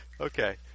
Okay